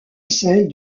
celle